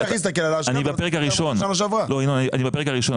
ינון אני בפרק הראשון,